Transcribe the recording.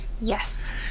Yes